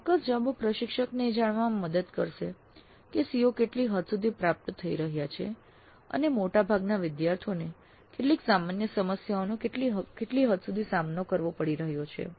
ચોક્કસ જવાબો પ્રશિક્ષકને એ જાણવામાં મદદ કરશે કે સીઓ કેટલી હદ સુધી પ્રાપ્ત થઈ રહ્યા છે અને મોટા ભાગના વિદ્યાર્થીઓને કેટલીક સામાન્ય સમસ્યાઓનો કેટલી હદ સુધી સામનો કરવો પડી રહ્યો છે